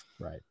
Right